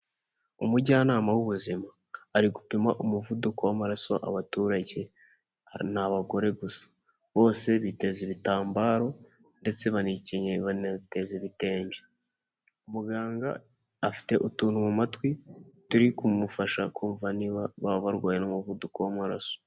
Umujyanama w'ubuzima ari gupima umuvuduko w'amaraso abaturage, ni abagore gusa bose biteza ibitambaro ndetse banikenye baneteza ibitenge, muganga afite utuntu mu matwi turi kumufasha kumva niba baba barwaye n'umuvuduko w'amaraso.